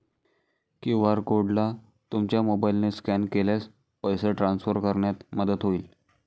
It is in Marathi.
क्यू.आर कोडला तुमच्या मोबाईलने स्कॅन केल्यास पैसे ट्रान्सफर करण्यात मदत होईल